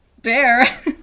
dare